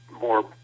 more